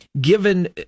given